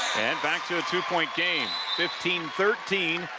and back to a two-point game, fifteen thirteen,